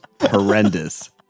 horrendous